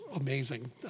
amazing